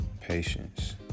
patience